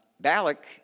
Balak